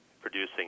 producing